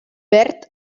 perd